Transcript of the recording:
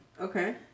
Okay